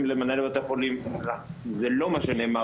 אם למנהלי בתי החולים - זה לא מה שנאמר